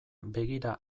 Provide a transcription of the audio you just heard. begira